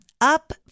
up